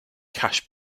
cash